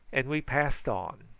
and we passed on.